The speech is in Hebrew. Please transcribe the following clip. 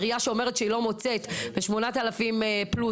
עירייה שאומרת שהיא לא מוצאת ב-8,000 שקלים ועוד,